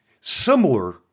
Similar